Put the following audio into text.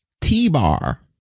T-Bar